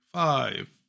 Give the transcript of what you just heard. Five